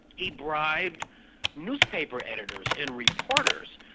he bribed newspaper editors and reporters,